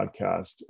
podcast